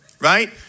Right